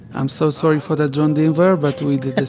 i'm so sorry for that, john denver, but we did this